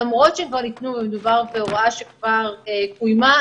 למרות שהם כבר ניתנו ומדובר בהוראה שכבר קוימה,